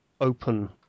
open